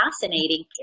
fascinating